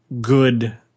good